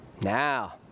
Now